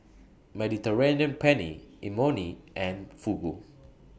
Mediterranean Penne Imoni and Fugu